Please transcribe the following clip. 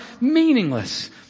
meaningless